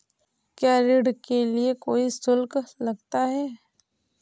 क्या ऋण के लिए कोई शुल्क लगता है?